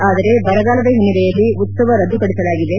ಆದರೆ ಬರಗಾಲದ ಹಿನ್ನೆಲೆಯಲ್ಲಿ ಉತ್ಸವ ರದ್ದುಪಡಿಸಲಾಗಿದೆ